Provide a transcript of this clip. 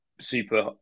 Super